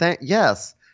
Yes